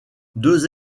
deux